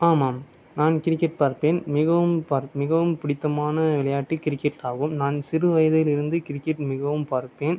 ஆமாம் நான் கிரிக்கெட் பார்ப்பேன் மிகவும் பார் மிகவும் பிடித்தமான விளையாட்டு கிரிக்கெட்டாகும் நான் சிறுவயதில் இருந்து கிரிக்கெட் மிகவும் பார்ப்பேன்